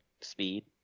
speed